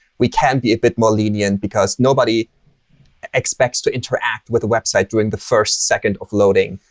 we can be a bit more lenient, because nobody expects to interact with a website during the first second of loading.